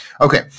Okay